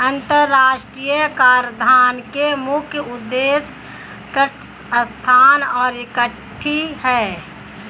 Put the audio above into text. अंतर्राष्ट्रीय कराधान के मुख्य उद्देश्य तटस्थता और इक्विटी हैं